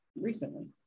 recently